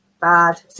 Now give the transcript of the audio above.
bad